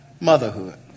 motherhood